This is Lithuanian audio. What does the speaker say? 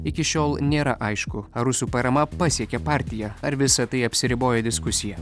iki šiol nėra aišku ar rusų parama pasiekė partiją ar visa tai apsiriboja diskusija